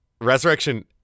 Resurrection